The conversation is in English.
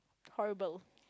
horrible